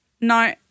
No